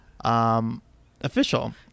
official